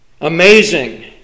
Amazing